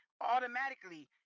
automatically